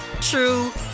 true